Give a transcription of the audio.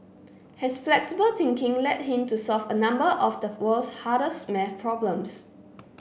his flexible thinking led him to solve a number of the world's hardest math problems